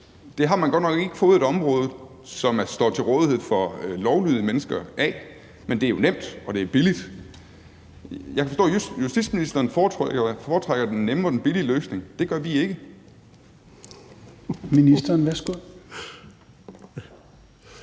Det har man så ikke fået et område, der er til rådighed for lovlydige mennesker, af, men det er jo nemt, og det er billigt. Jeg kan forstå, at justitsministeren foretrækker den nemme og billige løsning. Det gør vi ikke. Kl.